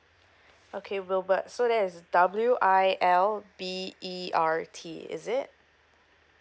okay wilbert so that is uh W I L B E R T is it